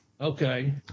Okay